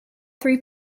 three